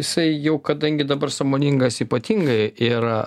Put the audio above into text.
jisai jau kadangi dabar sąmoningas ypatingai ir